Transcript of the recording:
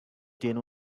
tiene